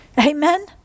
Amen